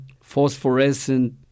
phosphorescent